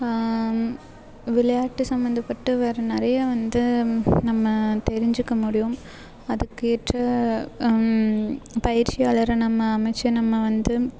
விளையாட்டு சம்மந்தப்பட்ட வேற நிறைய வந்து நம்ம தெரிஞ்சுக்க முடியும் அதுக்கு ஏற்ற பயிற்சியாளரை நம்ம அமைத்து நம்ம வந்து